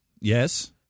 Yes